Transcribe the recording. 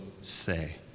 say